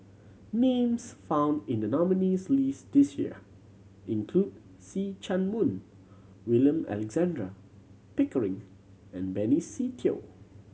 names found in the nominees' list this year include See Chak Mun William Alexander Pickering and Benny Se Teo